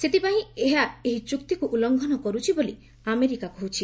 ସେଥିପାଇଁ ଏହା ଏହି ଚୁକ୍ତିକୁ ଉଲ୍ଲଙ୍ଘନ କରୁଛି ବୋଲି ଆମେରିକା କହୁଛି